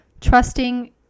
Trusting